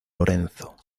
lorenzo